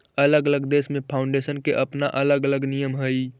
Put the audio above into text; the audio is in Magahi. अलग अलग देश में फाउंडेशन के अपना अलग अलग नियम हई